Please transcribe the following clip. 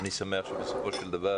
אני שמח שבסופו של דבר